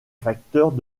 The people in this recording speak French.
facteurs